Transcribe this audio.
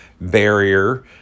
barrier